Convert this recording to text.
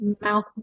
mouth